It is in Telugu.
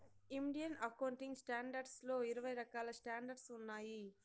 ఇండియన్ అకౌంటింగ్ స్టాండర్డ్స్ లో ఇరవై రకాల స్టాండర్డ్స్ ఉన్నాయి